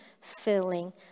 filling